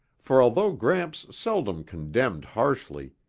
for although gramps seldom condemned harshly,